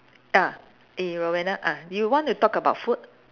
ah eh Roanna ah you want to talk about food